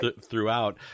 throughout